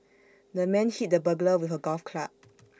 the man hit the burglar with A golf club